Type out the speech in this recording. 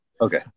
Okay